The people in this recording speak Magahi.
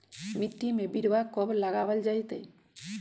मिट्टी में बिरवा कब लगवल जयतई?